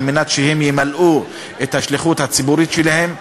על מנת שהם ימלאו את השליחות הציבורית שלהם.